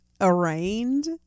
arraigned